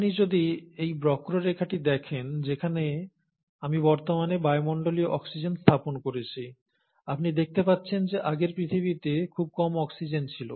আপনি যদি এই বক্ররেখাটি দেখেন যেখানে আমি বর্তমানে বায়ুমণ্ডলীয় অক্সিজেন স্থাপন করেছি আপনি দেখতে পাচ্ছেন যে আগের পৃথিবীতে খুব কম অক্সিজেন ছিল